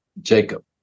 Jacob